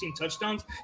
touchdowns